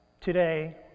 today